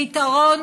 פתרון